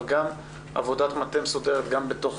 אבל גם עבודת מטה מסודרת גם בתוך